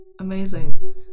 Amazing